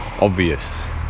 obvious